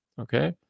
okay